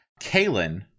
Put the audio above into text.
Kalen